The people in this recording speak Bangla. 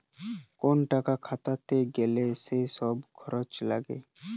কোন টাকা খাটাতে গ্যালে যে সব খরচ লাগে